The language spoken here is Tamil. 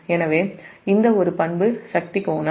எனவே இந்த ஒரு பண்பு சக்தி கோணம்